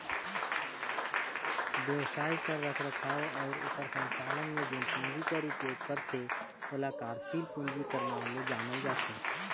बेवसाय कर रखरखाव अउ ओकर संचालन में जेन पूंजी कर उपयोग करथे ओला कारसील पूंजी कर नांव ले जानल जाथे